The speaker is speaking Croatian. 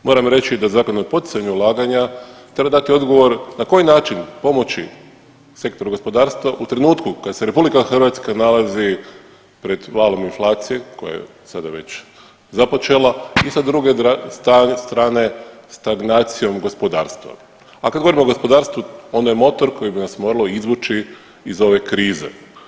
Moram reći da Zakon o poticanju ulaganja treba dati odgovor na koji način pomoći sektoru gospodarstva u trenutku kad se RH nalazi pred valom inflacije koja je sada već započela i sa druge strane stagnacijom gospodarstva, a kad govorimo o gospodarstvu ono je motor koji bi vas moralo izvući iz ove krize.